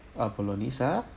ah bolognese ah